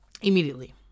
Immediately